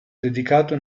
dedicato